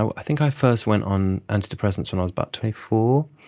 i think i first went on antidepressants when i was about twenty four.